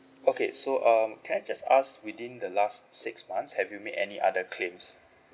okay so um can I just ask within the last six months have you made any other claims